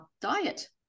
diet